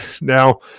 Now